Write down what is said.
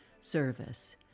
service